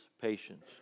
patience